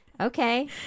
Okay